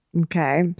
Okay